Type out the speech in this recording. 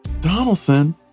Donaldson